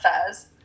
affairs